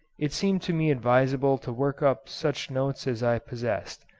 it seemed to me advisable to work up such notes as i possessed,